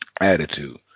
attitude